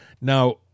Now